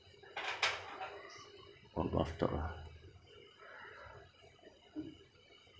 oh bathtub ah